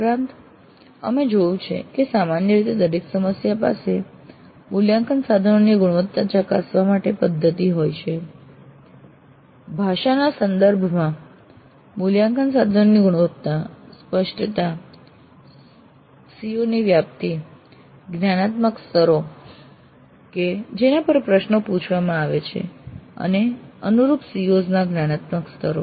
ઉપરાંત અમે જોયું છે કે સામાન્ય રીતે દરેક સંસ્થા પાસે મૂલ્યાંકન સાધનોની ગુણવત્તા ચકાસવા માટે પદ્ધતિ હોય છે ભાષાના સંદર્ભમાં મૂલ્યાંકન સાધનોની ગુણવત્તા સ્પષ્ટતા COs ની વ્યાપ્તિ જ્ઞાનાત્મક સ્તરો કે જેના પર પ્રશ્નો પૂછવામાં આવે છે અને અનુરૂપ COs ના જ્ઞાનાત્મક સ્તરો